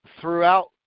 throughout